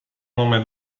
nome